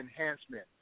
enhancement